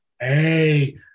Hey